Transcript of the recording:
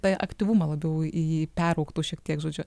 tą aktyvumą labiau į jį peraugtų šiek tiek žodžiu